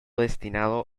destinado